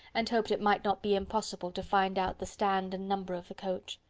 and hoped it might not be impossible to find out the stand and number of the coach.